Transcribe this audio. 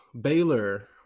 Baylor